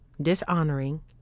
dishonoring